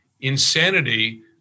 insanity